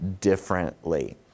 differently